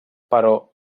però